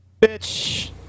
Bitch